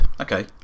Okay